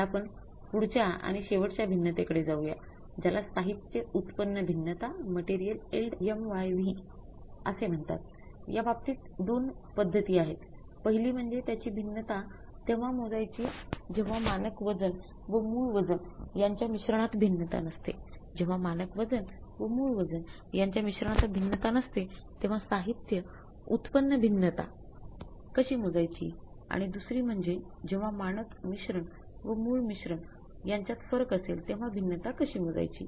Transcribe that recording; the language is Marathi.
आता आपण पुढच्या आणि शेवटच्या भिन्नतेकडे यांच्यात फरक असेल तेव्हा भिन्नता कशी मोजायची